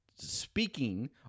speaking